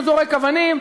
הוא זורק אבנים,